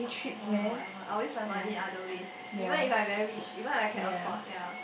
oh no I won't I will use money other ways even if I very rich even I can afford ya